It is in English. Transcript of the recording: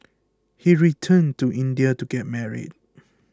he returned to India to get married